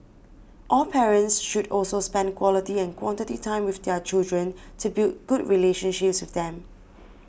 all parents should also spend quality and quantity time with their children to build good relationships with them